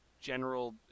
general